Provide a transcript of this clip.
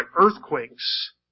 earthquakes